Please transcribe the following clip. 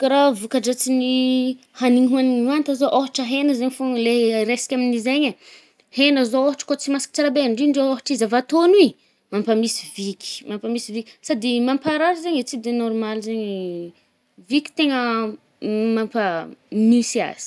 Kà raha vokadratsin’ny hanigny hoanigny manta zao, ôhatra hegna zay fôgno le resaka amin’i zaigny e,hegna zao ôhatra kô tsy masaka tsara be, ndrindra ôhatra izy avy atogno igny, mampamisy viky mampamisy vi-, sady mamparary zaigny e. tsy de nôrmaly zaigny. Viky tegna mampa-misy azy.